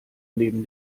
neben